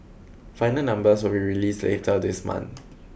final numbers will released later this month